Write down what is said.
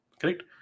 correct